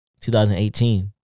2018